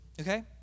Okay